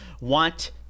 want